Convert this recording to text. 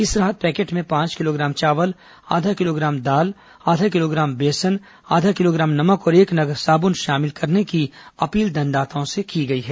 इस राहत पैकेट में पांच किलोग्राम चावल आधा किलोग्राम दाल आधा किलोग्राम बेसन आधा किलोग्राम नमक और एक नग साबुन शामिल करने की अपील दानदाताओं से की गई है